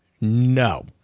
No